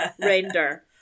render